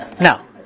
No